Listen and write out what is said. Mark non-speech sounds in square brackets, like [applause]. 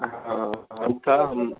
[unintelligible] اب کیا ہم